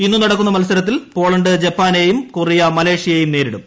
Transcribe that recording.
ഇന്ന് നടക്കുന്ന മത്സരത്തിൽ പോളണ്ട് ജപ്പാനെയും കൊറിയ മലേഷ്യയെയും നേരിടും